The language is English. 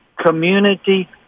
community